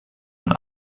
und